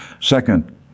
Second